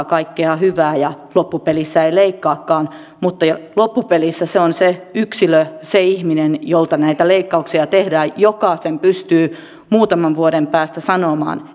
kaikkea hyvää ja loppupelissä ei leikkaakaan mutta loppupelissä se on se yksilö se ihminen jolta näitä leikkauksia tehdään joka sen pystyy muutaman vuoden päästä sanomaan